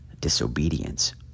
disobedience